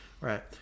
Right